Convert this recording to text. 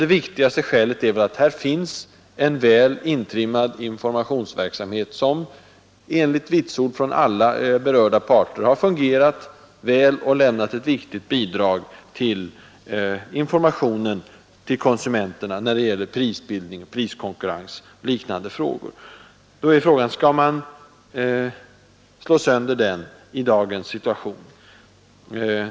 Det viktigaste skälet är att här finns en väl intrimmad informationsverksamhet, som enligt vitsord från alla berörda parter har fungerat bra och lämnat ett viktigt bidrag till informationen till konsumenterna när det gäller prisbildning, priskonkurrens och liknande frågor. Då är frågan: Skall man slå sönder den i dagens situation?